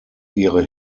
ihre